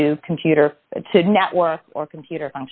to computer network or computer